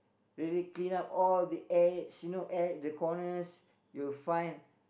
really clean up all the edge you know edge the corners you'll find